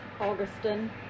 Augustine